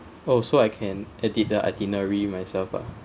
oh so I can edit the itinerary myself ah